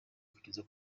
kugeza